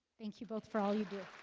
thank you both for all you do